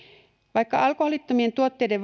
vaikka alkoholittomien tuotteiden